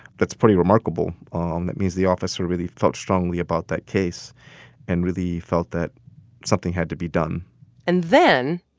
that's pretty remarkable. um that means the officer really felt strongly about that case and really felt that something had to be done and then,